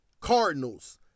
Cardinals